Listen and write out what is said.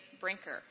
Brinker